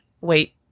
wait